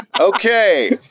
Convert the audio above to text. Okay